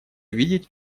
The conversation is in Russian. видеть